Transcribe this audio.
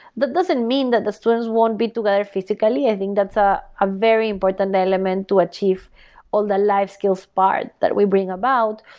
that doesn't mean that the students won't be together physically. i think that's a ah very important element to achieve all the live skills part that we bring about,